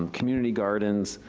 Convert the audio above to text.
um community gardens,